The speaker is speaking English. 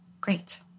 Great